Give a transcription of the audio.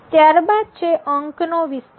ત્યારબાદ છે અંક નો વિસ્તાર